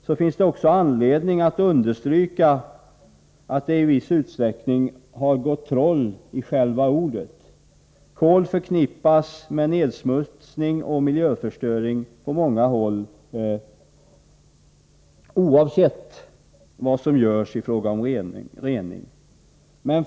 Det finns också anledning understryka att det i viss utsträckning har gått troll i ordet kol. Kol förknippas på många håll med nedsmutsning och miljöförstöring, oavsett vad som görs i fråga om rening.